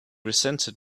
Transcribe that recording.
resented